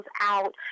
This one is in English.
out